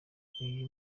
uyu